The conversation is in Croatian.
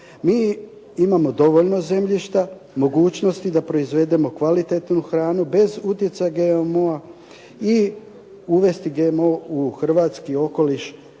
Mi imamo dovoljno zemljišta, mogućnosti da proizvedemo kvalitetnu hranu, bez utjecaja GMO-a i uvesti GMO u hrvatski okoliš